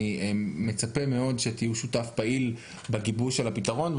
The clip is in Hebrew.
מצפה מאוד שתהיו שותף פעיל בגיבוש הפתרון.